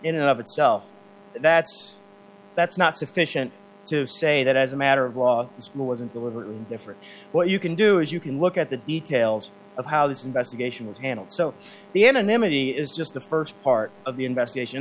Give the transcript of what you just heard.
and of itself that's that's not sufficient to say that as a matter of law school wasn't different what you can do is you can look at the details of how this investigation was handled so the anonymity is just the first part of the investigation